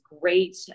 great